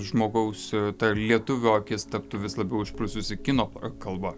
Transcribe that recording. žmogaus ta lietuvio akis taptų vis labiau išprususi kino kalba